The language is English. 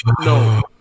No